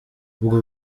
ubwo